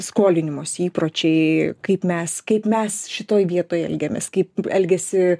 skolinimosi įpročiai kaip mes mes šitoj vietoj elgiamės kaip elgiasi